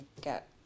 get